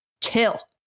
Chill